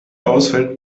ausfällt